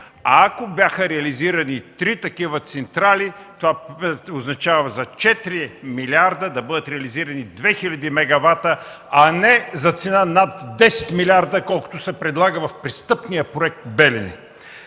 Ако бяха реализирани три такива централи, това означава за 4 милиарда да бъдат реализирани 2000 мегавата, а не за цена над 10 милиарда, колкото се предлага в престъпния проект „Белене”.